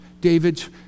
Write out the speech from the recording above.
David's